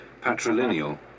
patrilineal